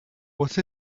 what